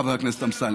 חבר הכנסת אמסלם.